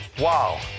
Wow